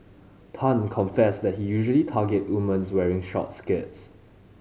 Tan confessed that he usually targets woman wearing short skirts